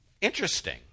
interesting